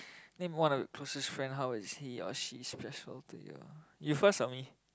name one of your closest friend how is he or she closest to you you first or me